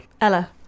Ella